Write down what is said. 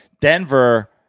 Denver